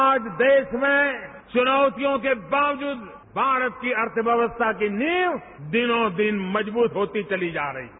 आज देश में चुनौतियों के बावजूद भारत की अर्थव्यवस्था की नीव दिनों दिन मजबूत होती चली जा रही है